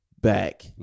back